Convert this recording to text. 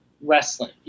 wrestling